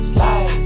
Slide